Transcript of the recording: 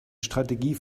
strategie